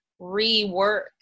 rework